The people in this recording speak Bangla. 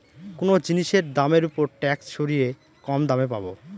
কোনো জিনিসের দামের ওপর ট্যাক্স সরিয়ে কম দামে পাবো